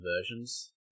versions